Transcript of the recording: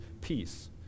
peace